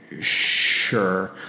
Sure